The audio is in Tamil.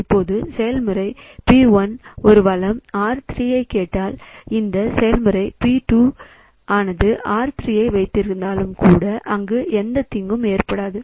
இப்போது செயல்முறை P1 ஒரு வளம் R3 ஐக் கேட்டால் இந்த செயல்முறை P2 ஆனது R3 ஐ வைத்திருந்தாலும் கூட அங்கு எந்தத் தீங்கும் ஏற்படாது